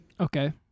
Okay